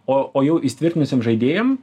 o o jau įsitvirtinusiem žaidėjam